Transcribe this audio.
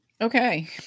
Okay